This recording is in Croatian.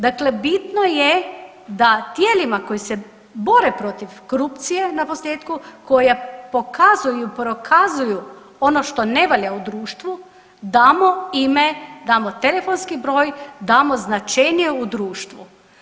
Dakle, bitno je da tijelima koji se bore protiv korupcije naposljetku, koja pokazuju, prokazuju ono što ne valja u društvu damo ime, damo telefonski broj, damo značenje u društvu.